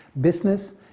Business